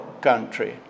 country